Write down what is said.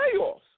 playoffs